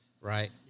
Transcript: right